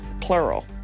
plural